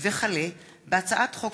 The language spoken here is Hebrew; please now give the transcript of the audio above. החל בהצעת חוק פ/2959/20 וכלה בהצעת חוק